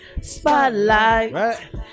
Spotlight